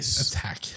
attack